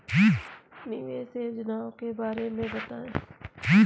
निवेश योजनाओं के बारे में बताएँ?